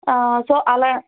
so అలా